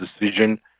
decision